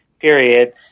period